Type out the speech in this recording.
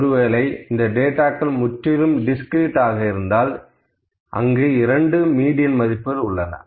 ஒருவேளை இந்த டேட்டாக்கள் முற்றிலும் டிஸ்கிரீட் ஆக இருந்தால் அங்கு 2 மீடியன் மதிப்புகள் உள்ளன